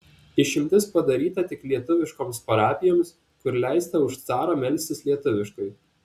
išimtis padaryta tik lietuviškoms parapijoms kur leista už carą melstis lietuviškai